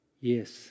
Yes